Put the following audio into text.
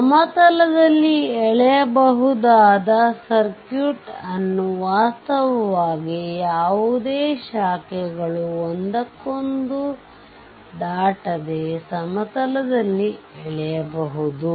ಸಮತಲದಲ್ಲಿ ಎಳೆಯಬಹುದಾದ ಸರ್ಕ್ಯೂಟ್ ಅನ್ನು ವಾಸ್ತವವಾಗಿ ಯಾವುದೇ ಶಾಖೆಗಳು ಒಂದಕ್ಕೊಂದು ದಾಟದೆ ಸಮತಲದಲ್ಲಿ ಎಳೆಯಬಹುದು